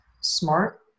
smart